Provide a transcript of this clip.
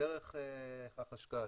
דרך החשכ"ל.